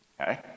Okay